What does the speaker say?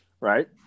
right